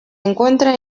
encuentra